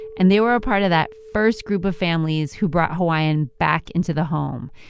and they were a part of that first group of families who brought hawaiian back into the home.